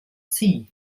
sie